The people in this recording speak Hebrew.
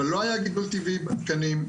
אבל לא היה גידול טבעי בתקנים.